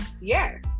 Yes